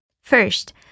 First